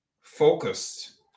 focused